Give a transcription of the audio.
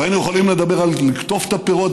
והיינו יכולים לדבר על לקטוף את הפירות,